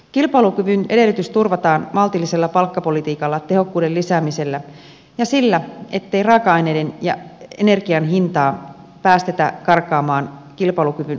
kilpailukyvyn edellytys turvataan maltillisella palkkapolitiikalla tehokkuuden lisäämisellä ja sillä ettei raaka aineiden ja energian hintaa päästetä karkaamaan kilpailukyvyn ulottumattomiin